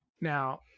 Now